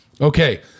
okay